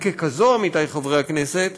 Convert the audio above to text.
וככזאת, עמיתיי חברי הכנסת,